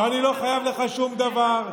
ואני לא חייב לך שום דבר.